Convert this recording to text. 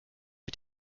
mit